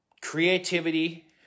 creativity